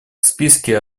списке